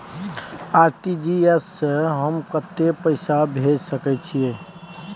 RTG S स हम कत्ते पैसा भेज सकै छीयै?